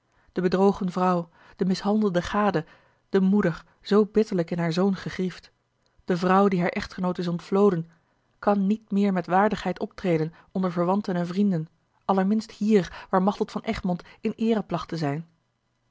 de bedrogen vrouw de mishandelde gade de moeder zoo bitterlijk in haar zoon gegriefd de vrouw die haar echtgenoot is ontvloden kan niet meer met waardigheid optreden onder verwanten en vrienden allerminst hier waar machteld van egmond in eere placht te zijn